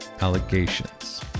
allegations